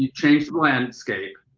ah changed the landscape.